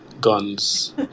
guns